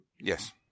Yes